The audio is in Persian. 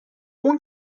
اون